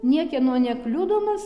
niekieno nekliudomas